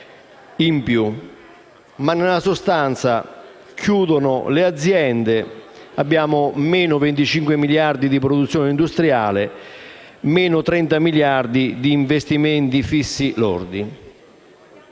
spera - ma nella sostanza chiudono le aziende, abbiamo -25 miliardi di produzione industriale e -30 miliardi di investimenti fissi lordi.